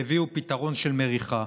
והביאו פתרון של מריחה.